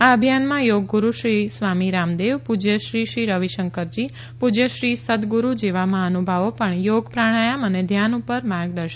આ અભિયાનમાં યોગ ગુરુ શ્રી સ્વામિ રામદેવ પૂજ્ય શ્રી શ્રી રવિશંકરજી પૂજ્ય શ્રી સદગુરુ જેવા મહાનુભાવો પણ યોગ પ્રાણાયમ અને ઘ્યાન ઉપર માર્ગદર્શન આપશે